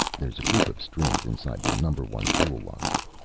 there's a group of strings inside the number one fuel locker,